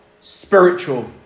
spiritual